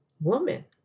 woman